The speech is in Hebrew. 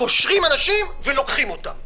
קושרים אנשים ולוקחים אותם.